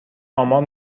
آمار